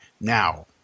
now